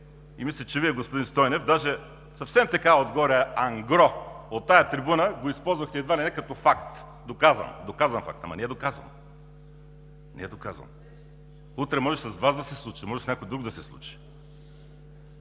и мисля, че Вие, господин Стойнев, дори съвсем отгоре, ангро от тази трибуна го използвахте едва ли не като факт, доказан факт. Ама не е доказано! Не е доказано! Утре може с Вас да се случи, може с някой друг да се случи.